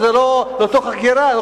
לא אותה החקירה.